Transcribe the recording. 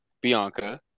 Bianca